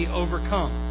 overcome